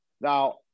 now